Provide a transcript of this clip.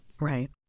Right